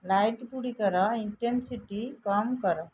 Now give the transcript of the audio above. light ଗୁଡ଼ିକର intensity କମ୍ କର